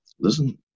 Listen